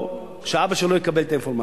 שהאבא שלו יקבל את האינפורמציה.